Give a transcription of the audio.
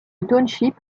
township